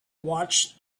watched